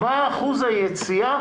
מה אחוז היציאה